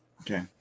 Okay